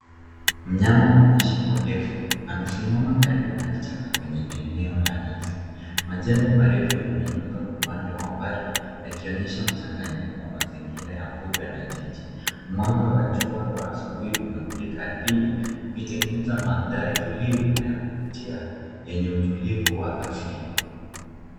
mnyama mwenye shingo ndefu amesimama karibu na kichaka chenye eneo la nyasi majengo marefu yameinuka upande wa mbali yakionyesha mchanganyiko wa mazingira ya mboga na jiji mwanga wa jua wa asubuhi unamulika ardhini ukitengeneza mandhari tulivu na ya kuvutia yenye utulivu wa asili